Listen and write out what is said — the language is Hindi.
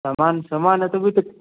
सामान समान है तभी तो